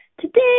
Today